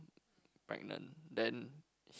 pregnant then he